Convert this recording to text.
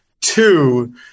two